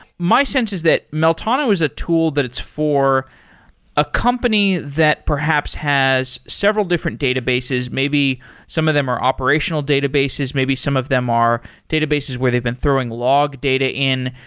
my sense is that meltano is a tool that it's for a company that perhaps has several different databases. maybe some of them are operational databases. maybe some of them are databases where they've been throwing log data in.